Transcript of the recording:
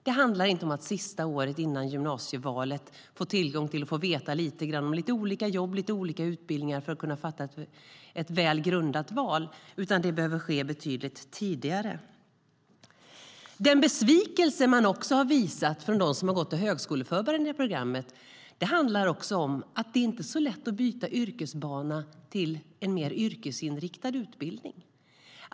Det handlar inte om att sista året före gymnasievalet få veta lite om olika jobb och utbildningar för att kunna göra ett välgrundat val, utan det behöver ske mycket tidigare. Den besvikelse som de som har gått högskoleförberedande program har visat handlar också om att det inte är så lätt att byta bana till en mer yrkesinriktad utbildning.